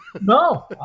No